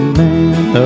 man